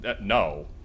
no